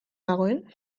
dagoen